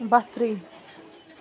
بَصری